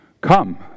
Come